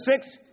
six